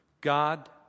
God